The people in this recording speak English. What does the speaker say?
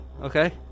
okay